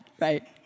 right